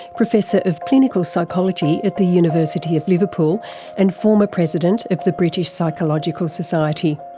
professor of clinical psychology at the university of liverpool and former president of the british psychological society.